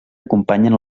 acompanyen